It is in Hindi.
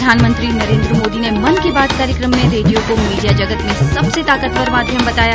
प्रधानमंत्री नरेन्द्र मोदी ने मन की बात कार्यक्रम में रेडियो को मीडिया जगत में सबसे ताकतवर माध्यम बताया